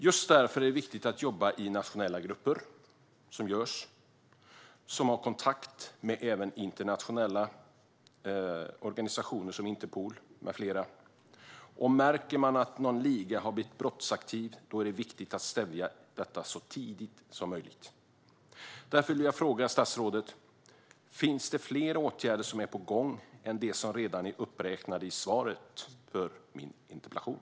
Just därför är det viktigt att jobba i nationella grupper som har kontakt med sådana internationella organisationer som Interpol med flera. Om man märker att någon liga har blivit brottsaktiv är det viktigt att stävja detta så tidigt som möjligt. Därför vill jag fråga statsrådet: Finns det fler åtgärder som är på gång än dem som redan är uppräknade i svaret på min interpellation?